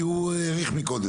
קצר כי הוא האריך מקודם.